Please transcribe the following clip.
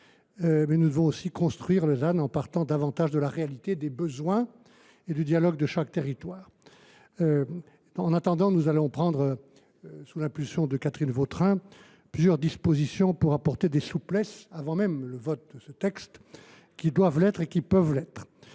mais nous devons aussi construire le ZAN en partant davantage de la réalité des besoins et du dialogue avec chaque territoire. En attendant, nous allons prendre, sous l’impulsion de Catherine Vautrin, plusieurs dispositions pour apporter de la souplesse, avant même le vote de ce texte, là où c’est possible et nécessaire.